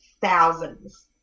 thousands